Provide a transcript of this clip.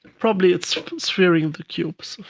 probably it's sphere-ing the cubes.